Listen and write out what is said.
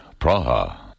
Praha